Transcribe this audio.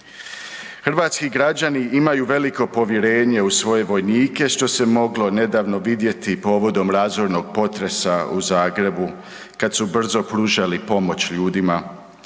Hrvatski građani imaju veliko povjerenje u svoje vojnike, što se moglo nedavno vidjeti povodom razornog potresa u Zagrebu kad su brzo pružali pomoć ljudima.